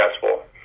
successful